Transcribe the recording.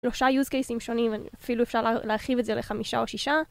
שלושה יוז קייסים שונים, אפילו אפשר להרחיב את זה לחמישה או שישה